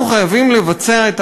אנחנו חייבים לבצע את